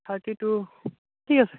thirty two ঠিক আছে